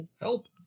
Help